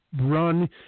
run